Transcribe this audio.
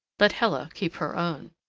let hela keep her own.